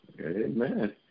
amen